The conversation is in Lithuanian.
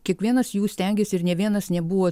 kiekvienas jų stengėsi ir nė vienas nebuvo